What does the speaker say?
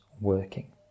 working